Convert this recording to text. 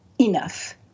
enough